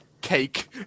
cake